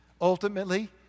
ultimately